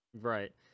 Right